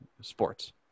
sports